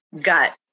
gut